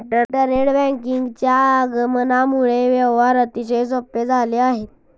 internet बँकिंगच्या आगमनामुळे व्यवहार अतिशय सोपे झाले आहेत